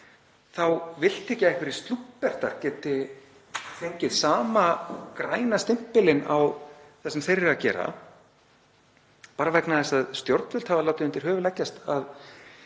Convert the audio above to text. þá viltu ekki að einhverjir slúbbertar geti fengið sama græna stimpilinn á það sem þeir eru að gera, bara vegna þess að stjórnvöld hafa látið undir höfuð leggjast að